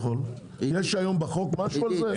יש היום בחוק משהו לגבי זה?